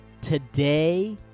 today